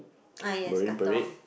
uh yes Katong